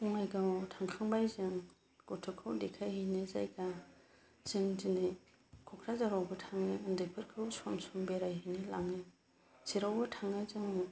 बङाइगावआव थांखांबाय जों गथ'खौ देखायहैनो जायगा जों दिनै क'क्राझारावबो थाङो उन्दैफोरखौ सम सम बेरायहैनो लाङो जेरावबो थाङो जों